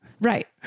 Right